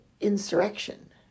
insurrection